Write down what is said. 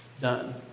done